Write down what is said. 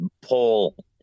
pull